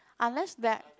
unless